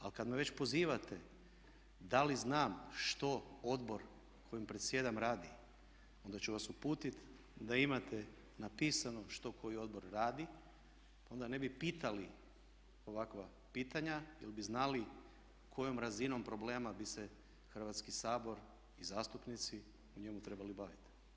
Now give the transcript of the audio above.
Ali kad me već pozivate da li znam što odbor kojem predsjedam radi onda ću vas uputiti da imate napisano što koji odbor radi pa onda ne bi pitali ovakva pitanje jer bi znali kojom razinom problema bi se Hrvatski sabor i zastupnici u njemu trebali baviti.